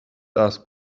ask